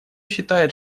считает